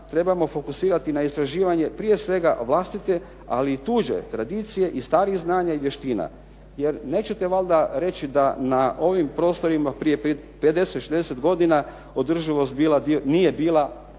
trebamo fokusirati na istraživanje prije svega vlastite, ali i tuđe tradicije i starih znanja i vještina. Jer nećete valjda reći da na ovim prostorima prije 50, 60 godina održivost bila, nije bila dio